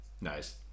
Nice